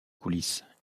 coulisses